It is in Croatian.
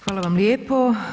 Hvala vam lijepo.